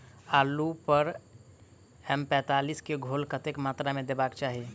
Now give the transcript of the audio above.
आलु पर एम पैंतालीस केँ घोल कतेक मात्रा मे देबाक चाहि?